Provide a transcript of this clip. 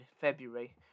February